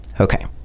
Okay